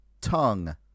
Tongue